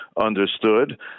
understood